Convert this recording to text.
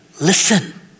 listen